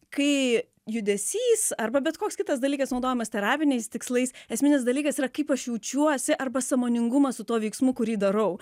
kai judesys arba bet koks kitas dalykas naudojamas terapiniais tikslais esminis dalykas yra kaip aš jaučiuosi arba sąmoningumas su tuo veiksmu kurį darau